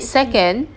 second